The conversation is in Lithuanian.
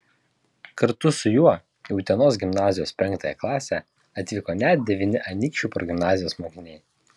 kartu su juo į utenos gimnazijos penktąją klasę atvyko net devyni anykščių progimnazijos mokiniai